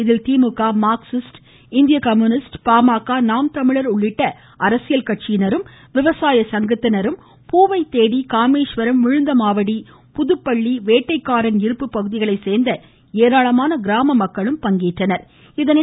இதில் திமுக மார்க்சிஸ்ட் இந்தியகம்யூனிஸ்ட் பாமக நாம் தமிழர் உள்ளிட்ட அரசியல் கட்சியினரும் விவசாய சங்கத்தினரும் பூவைத்தேடி காமேஸ்வரம் விழுந்தமாவடி புதுப்பள்ளி வேட்டைக்காரன் இருப்பு பகுதிகளை சேர்ந்த ஏராளமான கிராமமக்களும் பங்கேற்றனர்